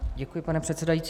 Děkuji, pane předsedající.